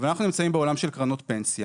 אבל אנחנו נמצאים בעולם של קרנות פנסיה